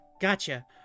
Gotcha